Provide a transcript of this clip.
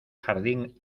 jardín